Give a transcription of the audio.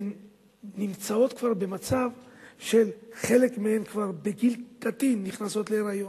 נמצאות כבר במצב שחלק מהן כבר בגיל קטין נכנסות להיריון,